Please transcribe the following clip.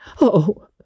Oh